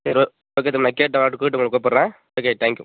சரி ஓகே தம்பி நான் கேட்டுவிட்டு அவரை கேட்டுவிட்டு உங்களை கூப்பிடுறேன் ஓகே தேங்க யூ